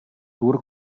tour